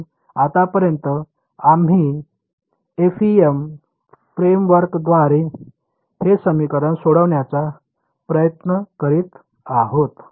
म्हणून आतापर्यंत आम्ही एफईएम फ्रेमवर्कद्वारे हे समीकरण सोडवण्याचा प्रयत्न करीत आहोत